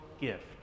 gift